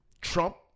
Trump